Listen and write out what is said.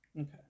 okay